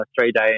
three-day